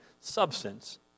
substance